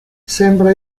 sembra